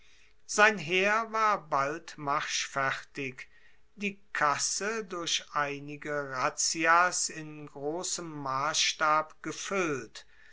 sein heer war bald marschfertig die kasse durch einige razzias in grossem massstab gefuellt